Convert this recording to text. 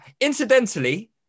Incidentally